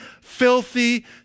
filthy